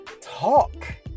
talk